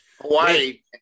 Hawaii